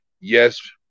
Yes